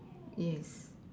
yes